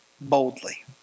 boldly